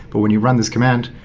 but when you run this command,